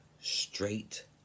straight